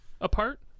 apart